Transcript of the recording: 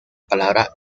palabra